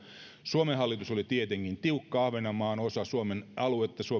suomen hallitus oli tietenkin tiukka ahvenanmaa on osa suomen aluetta